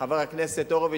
חבר הכנסת הורוביץ,